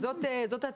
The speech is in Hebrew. אז זאת הצעתי.